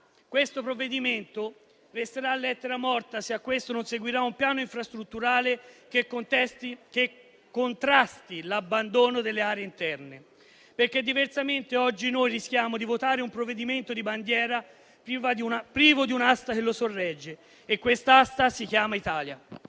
questo provvedimento resterà lettera morta se ad esso non seguirà un piano infrastrutturale che contrasti l'abbandono delle aree interne, perché diversamente oggi rischiamo di votare un provvedimento di bandiera privo di un'asta che lo sorregge e questa asta si chiama Italia.